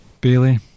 Bailey